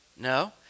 No